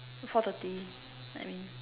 four thirty I mean